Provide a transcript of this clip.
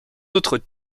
autres